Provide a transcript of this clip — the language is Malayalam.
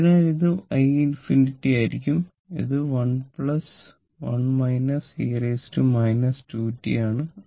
അതിനാൽ ഇത് i ∞ ആയിരിക്കും ഇത് 1 1 e 2t ആണ്